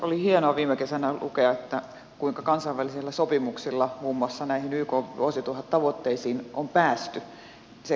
oli hienoa viime kesänä lukea kuinka kansainvälisillä sopimuksilla muun muassa näihin ykn vuosituhattavoitteisiin on päästy